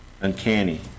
uncanny